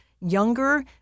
younger